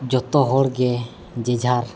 ᱡᱚᱛᱚ ᱦᱚᱲ ᱜᱮ ᱡᱮᱼᱡᱷᱟᱨ